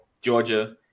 Georgia